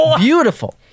beautiful